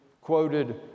quoted